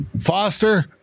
Foster